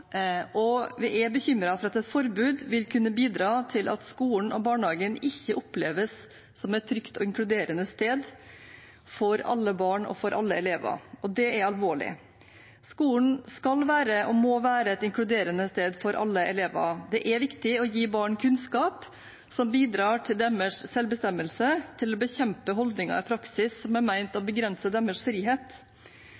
og for alle elever. Det er alvorlig. Skolen skal, og må, være et inkluderende sted for alle elever. Det er viktig å gi barn kunnskap som bidrar til deres selvbestemmelse og til å bekjempe holdninger i praksis som er ment å